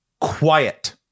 quiet